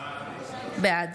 בעד